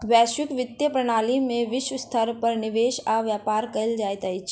वैश्विक वित्तीय प्रणाली में विश्व स्तर पर निवेश आ व्यापार कयल जाइत अछि